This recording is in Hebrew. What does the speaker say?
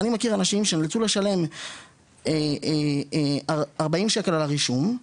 אני מכיר אנשים שנאלצו לשלם 40 שקל על הרישום,